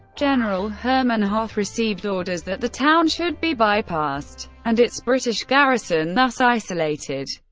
general hermann hoth received orders that the town should be bypassed and its british garrison thus isolated.